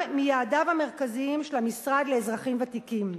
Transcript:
מיעדיו המרכזיים של המשרד לאזרחים ותיקים.